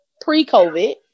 pre-COVID